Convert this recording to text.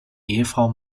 ehefrau